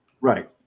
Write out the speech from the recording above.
Right